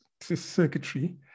circuitry